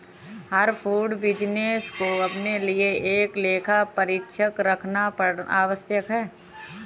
हर food business को अपने लिए एक लेखा परीक्षक रखना आवश्यक है